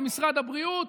במשרד הבריאות,